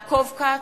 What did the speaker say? יצחק כהן,